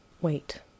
Wait